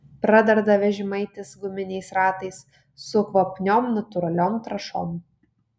pradarda vežimaitis guminiais ratais su kvapniom natūraliom trąšom